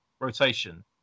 rotation